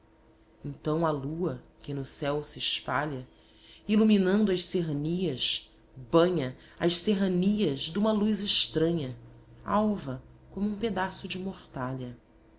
então a lua que no céu se espalha iluminando as serranias banha as serranias duma luz estranha alva como um pedaço de mortalha